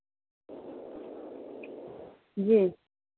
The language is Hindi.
जी